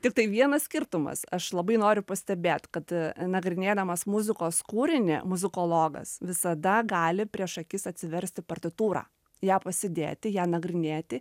tiktai vienas skirtumas aš labai noriu pastebėt kad nagrinėdamas muzikos kūrinį muzikologas visada gali prieš akis atsiversti partitūrą ją pasidėti ją nagrinėti